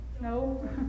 No